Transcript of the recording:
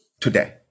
today